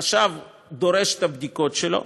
החשב דורש את הבדיקות שלו,